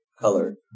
color